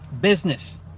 business